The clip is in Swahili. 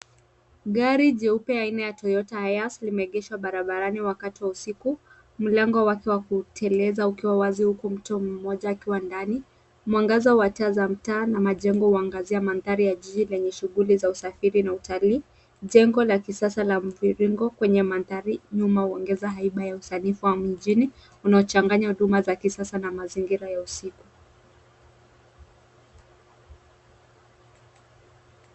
Gari jeupe aina ya Toyota Hiace limeegeshwa barabarani wakati wa usiku. Mlango wake wa kuteleza ukiwa wazi huku mtu mmoja akiwa ndani. Mwangaza wa taa za mtaa na majengo huangazia mandhari ya jiji lenye shughuli za usafiri na utalii. Jengo la kisasa la mviringo kwenye mandhari nyuma huongeza haiba ya usanifu wa mjini unaochanganya huduma za kisasa na mazingira ya usiku.